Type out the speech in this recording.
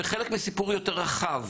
זה חלק מסיפור יותר רחב,